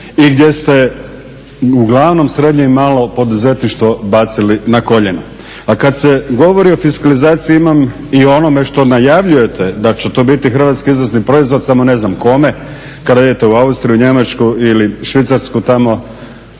i gdje ste uglavnom srednje i malo poduzetništvo bacili na koljena. A kada se govori o fiskalizaciji imam, i onome što najavljujete da će to biti hrvatski izvozni proizvod, samo ne znam kome, kada idete u Austriju, Njemačku ili Švicarsku tamo,